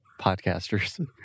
podcasters